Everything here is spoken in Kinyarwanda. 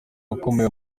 ukomeye